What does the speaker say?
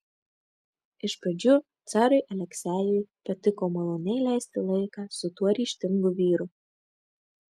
iš pradžių carui aleksejui patiko maloniai leisti laiką su tuo ryžtingu vyru